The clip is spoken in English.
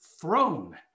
throne